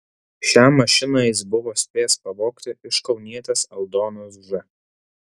šią mašiną jis buvo spėjęs pavogti iš kaunietės aldonos ž